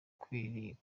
kwirinda